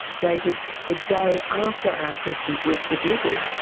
dated the day after our questions were submitted,